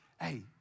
hey